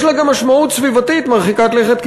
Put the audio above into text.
יש לה גם משמעות סביבתית מרחיקת לכת,